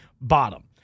bottom